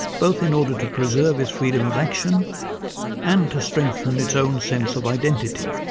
both in order to preserve its freedom of action and to strengthen its own sense of identity.